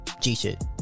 g-shit